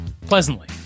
Pleasantly